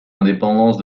indépendance